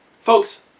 folks